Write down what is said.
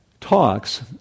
talks